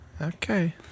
Okay